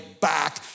back